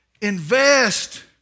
invest